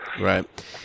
Right